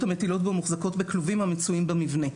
המטילות בון מוחזקים בכלובים המצויים במבנה".